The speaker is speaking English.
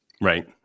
Right